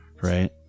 Right